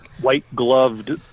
white-gloved